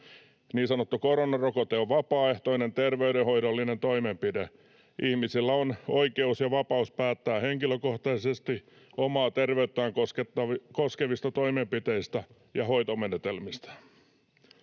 Niin sanottu koronarokote on vapaaehtoinen terveydenhoidollinen toimenpide. Ihmisillä on oikeus ja vapaus päättää henkilökohtaisesti omaa terveyttään koskevista toimenpiteistä ja hoitomenetelmistä.”